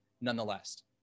nonetheless